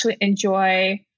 enjoy